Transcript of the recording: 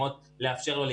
אני רוצה כן